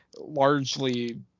largely